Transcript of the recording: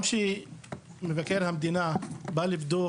גם כשמבקר המדינה בא לבדוק